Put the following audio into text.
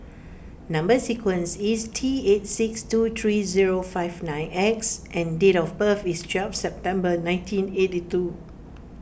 Number Sequence is T eight six two three zero five nine X and date of birth is twelve September nineteen eighty two